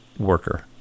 worker